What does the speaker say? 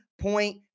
point